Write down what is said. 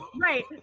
Right